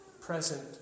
present